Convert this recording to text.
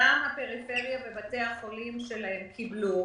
גם הפריפריה ובתי החולים שלהם קיבלו.